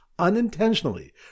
unintentionally